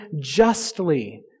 justly